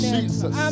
Jesus